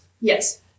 Yes